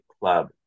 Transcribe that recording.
club